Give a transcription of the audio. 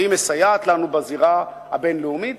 והיא מסייעת לנו בזירה הבין-לאומית,